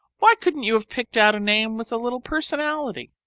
why couldn't you have picked out a name with a little personality?